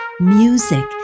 music